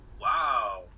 Wow